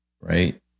right